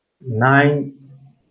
nine